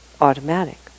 automatic